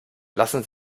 lassen